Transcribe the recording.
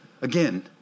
again